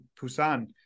Busan